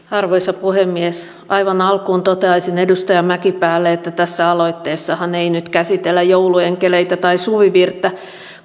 arvoisa puhemies aivan alkuun toteaisin edustaja mäkipäälle että tässä aloitteessahan ei nyt käsitellä jouluenkeleitä tai suvivirttä